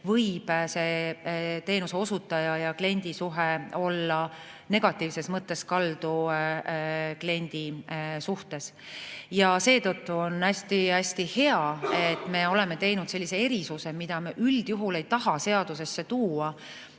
võib teenuseosutajate ja klientide suhe olla negatiivses mõttes kaldu klientide suhtes. Seetõttu on hästi hea, et me oleme teinud sellise erisuse, mida me üldjuhul ei taha seadusesse tuua.